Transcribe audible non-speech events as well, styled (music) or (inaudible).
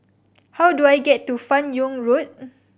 how do I get to Fan Yoong Road (noise)